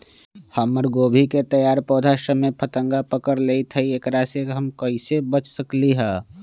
हमर गोभी के तैयार पौधा सब में फतंगा पकड़ लेई थई एकरा से हम कईसे बच सकली है?